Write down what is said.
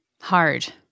Hard